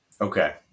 Okay